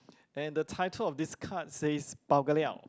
and the title of this card says bao-ka-liao